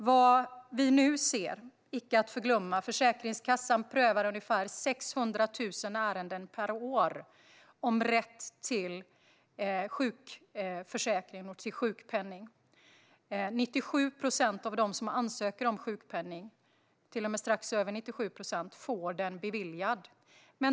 Vad vi nu ser, icke att förglömma, är att Försäkringskassan prövar ungefär 600 000 ärenden per år om rätt till sjukförsäkring och till sjukpenning. Strax över 97 procent av dem som ansöker om sjukpenning får den beviljad.